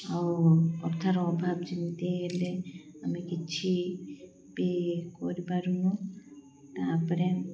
ଆଉ ଅର୍ଥର ଅଭାବ ଯେମିତି ହେଲେ ଆମେ କିଛି ପେ କରିପାରୁନୁ ତା'ପରେ